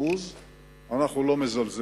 1%. אנחנו לא מזלזלים,